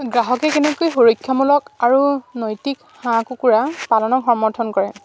গ্ৰাহকে কেনেকৈ সুৰক্ষামূলক আৰু নৈতিক হাঁহ কুকুৰা পালনৰ সমৰ্থন কৰে